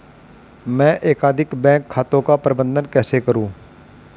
मैं एकाधिक बैंक खातों का प्रबंधन कैसे करूँ?